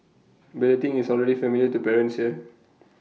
balloting is already familiar to parents here